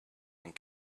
and